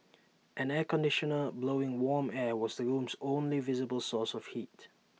an air conditioner blowing warm air was the room's only visible source of heat